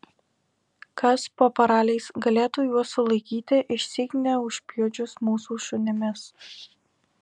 kas po paraliais galėtų juos sulaikyti išsyk neužpjudžius mūsų šunimis